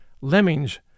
Lemmings